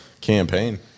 campaign